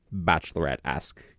Bachelorette-esque